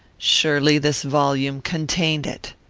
surely this volume contained it.